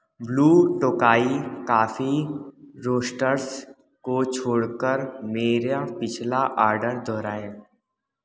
blue Tokai coffee roasters को छोड़कर मेरा पिछला आर्डर दोहराएँ